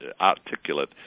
articulate